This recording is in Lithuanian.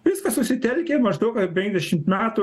viskas susitelkia maždaug apie penkiasdešimt metų